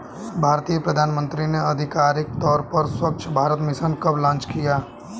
भारतीय प्रधानमंत्री ने आधिकारिक तौर पर स्वच्छ भारत मिशन कब लॉन्च किया?